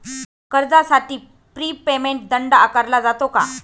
कर्जासाठी prepayment दंड आकारला जातो का?